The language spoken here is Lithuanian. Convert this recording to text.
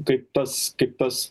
kaip tas kaip tas